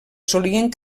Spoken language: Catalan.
solien